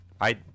I-